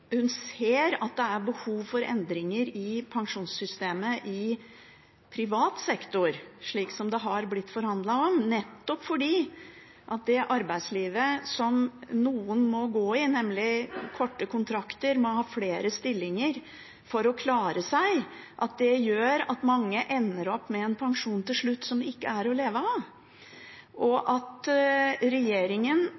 hun ser at det er behov for endringer i pensjonssystemet i privat sektor, slik det har blitt forhandlet om, nettopp fordi det arbeidslivet som noen må gå i, nemlig korte kontrakter og at man må ha flere stillinger for å klare seg, gjør at mange ender opp med en pensjon til slutt som ikke er til å leve av.